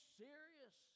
serious